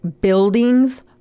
buildings